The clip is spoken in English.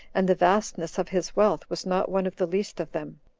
and the vastness of his wealth was not one of the least of them